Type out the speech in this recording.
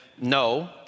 no